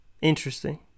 interesting